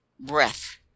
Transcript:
breath